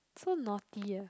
so naughty ah